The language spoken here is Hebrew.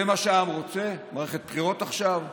זה מה שהעם רוצה, מערכת בחירות עכשיו?